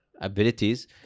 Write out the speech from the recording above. abilities